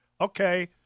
okay